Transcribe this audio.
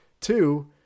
Two